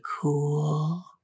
cool